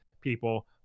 people